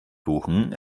buchen